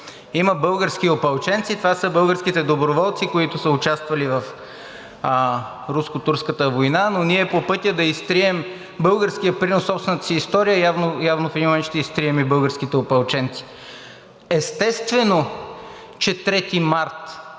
има български опълченци и това са българските доброволци, които са участвали в Руско-турската война, но ние по пътя да изтрием българския принос в собствената си история, явно в един момент ще изтрием и българските опълченци. Естествено, че 3 март